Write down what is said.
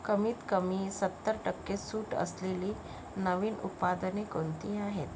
कमीत कमी सत्तर टक्के सूट असलेली नवीन उत्पादने कोणती आहेत